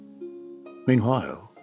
Meanwhile